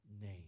name